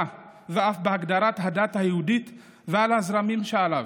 אף בהגדרת הדת היהודית על הזרמים שבה: